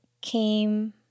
came